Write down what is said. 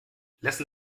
lassen